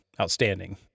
outstanding